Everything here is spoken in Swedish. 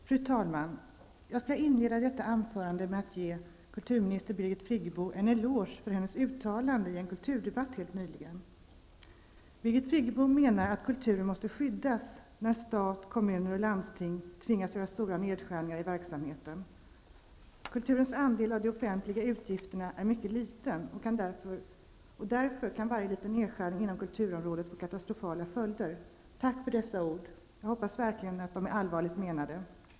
Fru talman! Jag skall inleda detta anförande med att ge kulturminister Birgit Friggebo en eloge för hennes uttalande i en kulturdebatt helt nyligen. Birgit Friggebo menade att kulturen måste skyddas när stat, kommuner och landsting tvingas göra stora nedskärningar i verksamheten. Kulturens andel av de offentliga utgifterna är mycket liten, och därför kan varje liten nedskärning inom kulturområdet få katastrofala följder. -- Tack för dessa ord! Jag hoppas verkligen att de är allvarligt menade.